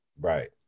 Right